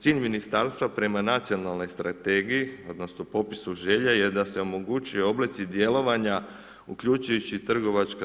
Cilj ministarstva prema nacionalnoj strategiji, odnosno popisu želja je da se omogućuje oblici djelovanja uključujući i trgovačka.